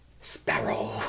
Sparrow